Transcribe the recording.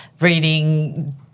reading